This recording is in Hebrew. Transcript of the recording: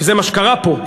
כי זה מה שקרה פה,